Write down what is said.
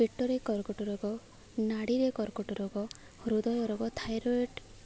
ପେଟରେ କର୍କଟ ରୋଗ ନାଡ଼ିରେ କର୍କଟ ରୋଗ ହୃଦୟ ରୋଗ ଥାଇରଏଡ଼୍